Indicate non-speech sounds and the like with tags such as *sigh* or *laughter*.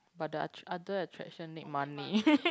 but the attr~ other attraction need money *laughs*